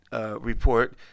report